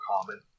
common